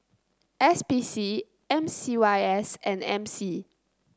S P C M C Y S and M C